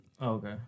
okay